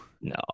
no